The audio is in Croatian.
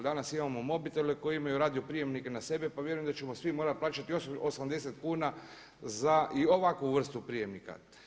Danas imamo mobitele koji imaju radio prijemnike na sebi, pa vjerujem da ćemo svi morati plaćati 80 kuna za i ovakvu vrstu prijemnika.